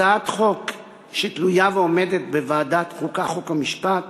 הצעת חוק שתלויה ועומדת בוועדת חוקה, חוק ומשפט